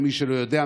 למי שלא יודע.